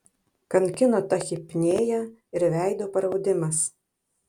kankino tachipnėja ir veido paraudimas